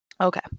Okay